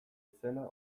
izena